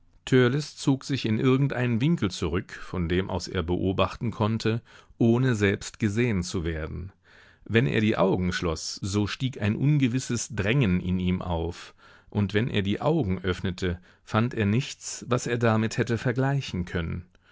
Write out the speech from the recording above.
zog sich in irgendeinen winkel zurück von dem aus er beobachten konnte ohne selbst gesehen zu werden wenn er die augen schloß so stieg ein ungewisses drängen in ihm auf und wenn er die augen öffnete fand er nichts was er damit hätte vergleichen können